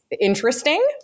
interesting